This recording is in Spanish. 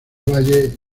valle